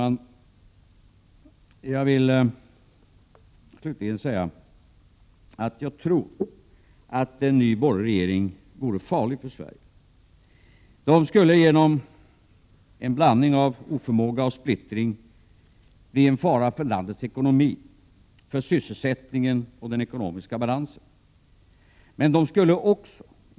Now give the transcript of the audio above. Fru talman! Jag tror att en ny borgerlig regering skulle vara farlig för Sverige. Den skulle genom en blandning av oförmåga och splittring bli en fara för landets ekonomi, för sysselsättningen och för den ekonomiska balansen.